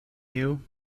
you